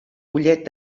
collet